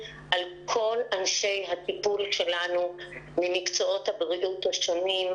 על כל אנשי הטיפול שלנו ממקצועות הבריאות השונים,